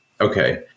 okay